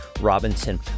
Robinson